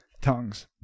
tongues